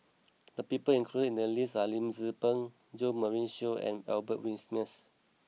the people included in the list are Lim Tze Peng Jo Marion Seow and Albert Winsemius